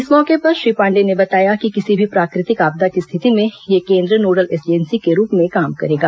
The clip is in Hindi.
इस मौके पर श्री पांडेय ने बताया कि किसी भी प्राकृतिक आपदा की स्थिति में यह केंद्र नोडल एजेंसी के रूप में काम करेगा